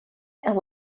and